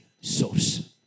source